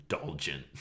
indulgent